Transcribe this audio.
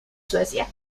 suecia